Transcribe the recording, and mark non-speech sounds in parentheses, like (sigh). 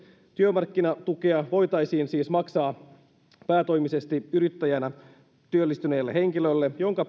työmarkkinatukea voitaisiin siis maksaa päätoimisesti yrittäjänä työllistyneelle henkilölle jonka (unintelligible)